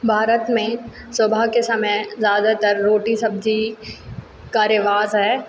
भारत में सुबह के समय ज्यादातर रोटी सब्जी का रिवाज है